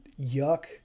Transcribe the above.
yuck